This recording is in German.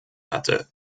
hatte